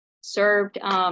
served